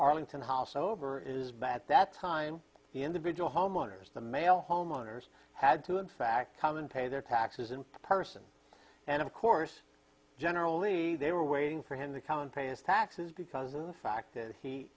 arlington house over is back that's kind of the individual homeowners the male homeowners had to in fact come and pay their taxes in person and of course generally they were waiting for him to come and pay his taxes because of the fact that he